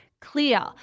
clear